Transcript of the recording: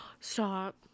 stop